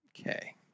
okay